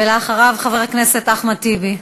ואחריו, חבר הכנסת אחמד טיבי.